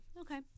Okay